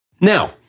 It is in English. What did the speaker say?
Now